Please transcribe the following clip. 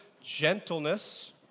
gentleness